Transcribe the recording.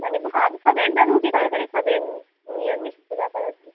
মানে ভাত খাবেন না রুটি তরকারি খাবেন নিরামিষ তো ব্যাপার আছে